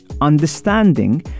understanding